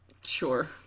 Sure